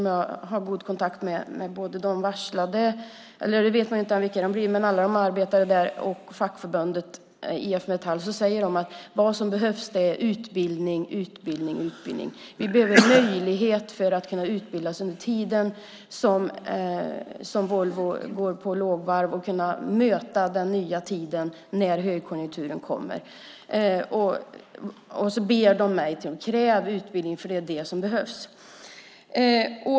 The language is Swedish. Jag har god kontakt med både dem som arbetar där och fackförbundet IF Metall, och de säger: Vad som behövs är utbildning, utbildning, utbildning. Vi behöver möjlighet att utbildas under tiden som Volvo går på lågvarv för att kunna möta den nya tiden när högkonjunkturen kommer. De ber mig: Kräv utbildning, för det är det som behövs!